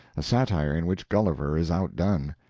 a satire in which gulliver is outdone.